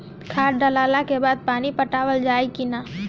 खाद डलला के बाद पानी पाटावाल जाई कि न?